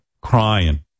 crying